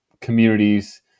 communities